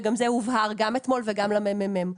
וגם זה הובהר גם אתמול וגם לממ"מ,